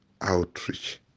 Outreach